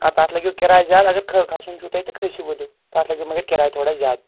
آ تَتھ لَگیٚو کِراے زیادٕ اَگر کَھسُن چھُو تۄہہِ تہٕ کھٔسِو ؤلِو تَتھ لَگوٕ مگر کِراے تھوڑا زیادٕ